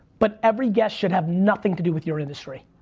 but every guest should have nothing to do with your industry.